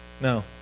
No